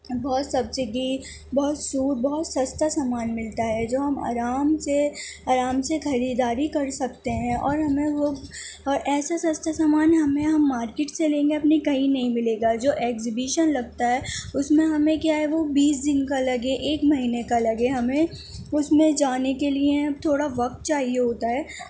بہت سبسڈی بہت چھوٹ بہت سستا سامان ملتا ہے جو ہم آرام سے آرام سے خریداری کر سکتے ہیں اور ہمیں وہ اور ایسا سستا سامان ہمیں ہم مارکیٹ سے لیں گے اپنی کہیں نہیں ملے گا جو ایگزیبیشن لگتا ہے اس میں ہمیں کیا ہے وہ بیس دن کا لگے ایک مہینے کا لگے ہمیں اس میں جانے کے لیے تھوڑا وقت چاہیے ہوتا ہے